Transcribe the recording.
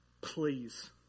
Please